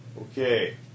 Okay